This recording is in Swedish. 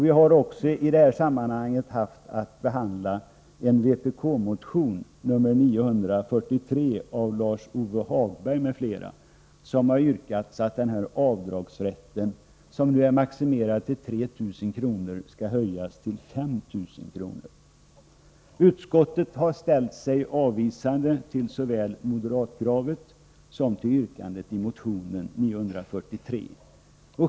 Vi hari detta sammanhang också haft att behandla vpk-motion 943 av Lars-Ove Hagberg m.fl., vari yrkas att den nuvarande avdragsrätten, som är maximerad till 3 000 kr., skall höjas till 5 000 kr. Utskottet har ställt sig avvisande till såväl moderatkravet som yrkandet i motion 943.